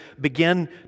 begin